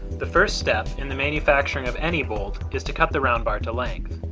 the first step in the manufacturing of any bolt is to cut the round bar to length.